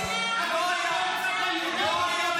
חברת הכנסת מיכל מרים וולדיגר,